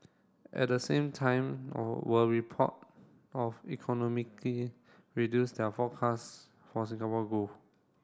at the same time were report of reduce their forecast for Singapore growth